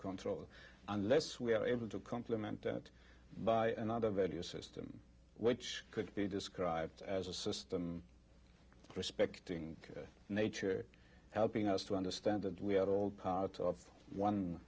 control unless we are able to complement that by and i don't value system which could be described as a system respecting nature helping us to understand that we are all part of one